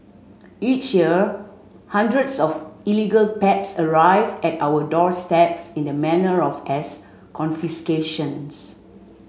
each year hundreds of illegal pets arrive at our doorsteps in this manner or as confiscations